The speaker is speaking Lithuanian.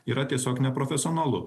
yra tiesiog neprofesionalu